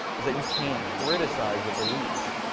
is that you can't criticize the belief.